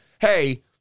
Hey